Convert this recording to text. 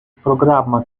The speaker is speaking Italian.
programma